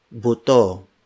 buto